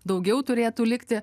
daugiau turėtų likti